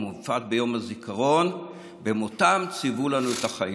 ובפרט ביום הזיכרון: במותם ציוו לנו את החיים.